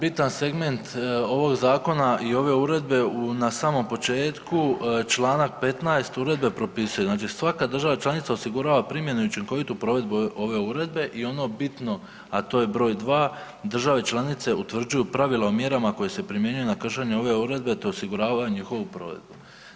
Bitan, bitan segment ovog zakona i ove uredbe na samom početku čl. 15. uredbe propisuje, znači svaka država članica osigurava primjenu i učinkovitu provedbu ove uredbe i ono bitno, a to je br. 2., države članice utvrđuju pravilo o mjerama koje se primjenjuju na kršenje ove uredbe, te osiguravaju njihovu provedbu.